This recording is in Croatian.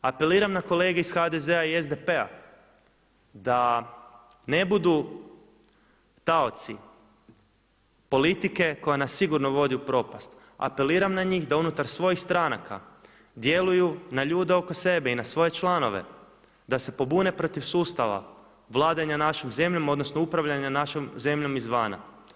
Apeliram na kolege iz HDZ-a i SDP-a da ne budu taoci politike koja nas sigurno vodi u propast, apeliram na njih da unutar svojih stranaka djeluju na ljude oko sebe i na svoje članove, da se pobune protiv sustava vladanja našom zemljom odnosno upravljanjem našom zemljom izvana.